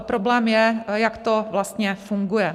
Problém je, jak to vlastně funguje.